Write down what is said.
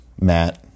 Matt